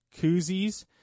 koozies